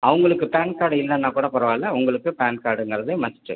அவங்களுக்கு PAN card இல்லைன்னா கூட பரவால்லை உங்களுக்கு பான் காடுங்கிறது மஸ்ட்டு